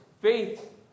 Faith